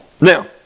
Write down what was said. Now